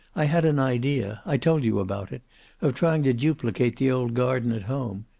i had an idea i told you about it of trying to duplicate the old garden at home.